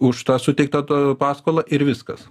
už tą suteiktą paskolą ir viskas